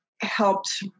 helped